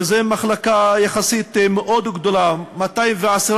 שזו מחלקה מאוד גדולה יחסית,